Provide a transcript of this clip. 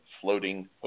floating